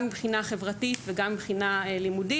גם מבחינה חברתית וגם מבחינה לימודים.